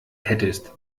hättest